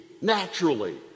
naturally